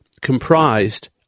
comprised